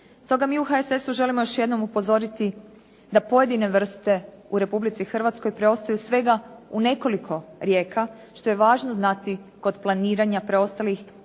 Stoga mi u HSS-u želimo još jednom upozoriti da pojedine vrste u Republici Hrvatskoj preostaju svega u nekoliko rijeka, što je važno znati kod planiranja preostalih